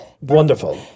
Wonderful